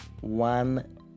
one